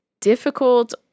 difficult